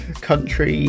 country